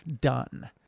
done